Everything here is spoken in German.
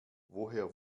woher